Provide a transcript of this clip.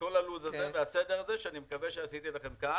וכל הלו"ז הזה והסדר הזה שעשיתי לכם כאן?